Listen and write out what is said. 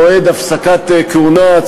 (מועד הפסקת כהונה),